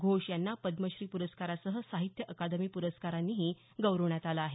घोष यांना पद्मश्री पुरस्कारासह साहित्य अकादमी पुरस्कारांनीही गौरवण्यात आलं आहे